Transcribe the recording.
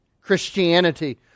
Christianity